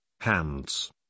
hands